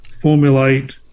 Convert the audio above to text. formulate